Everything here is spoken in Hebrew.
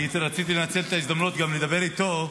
רציתי לנצל את ההזדמנות גם לדבר איתו,